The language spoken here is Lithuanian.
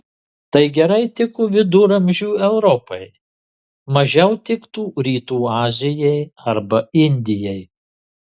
tai gerai tiko viduramžių europai mažiau tiktų rytų azijai arba indijai